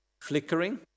flickering